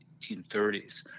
1830s